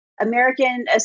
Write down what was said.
American